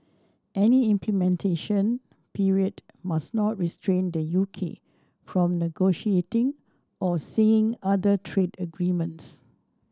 any implementation period must not restrain the U K from negotiating or seeing other trade agreements